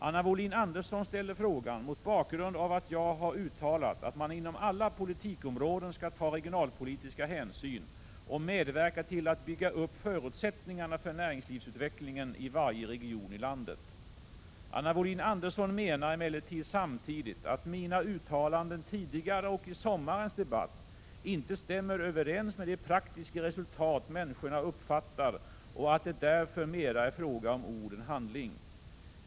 Anna Wohlin-Andersson ställer frågan mot bakgrund av att jag har uttalat 73 att man inom alla politikområden skall ta regionalpolitiska hänsyn och medverka till att bygga upp förutsättningarna för näringslivsutvecklingen i varje region i landet. Anna Wohlin-Andersson menar emellertid samtidigt att mina uttalanden tidigare och i sommarens debatt inte stämmer överens med de praktiska resultat människorna uppfattar och att det därför mera är fråga om ord än handling.